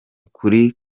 kuri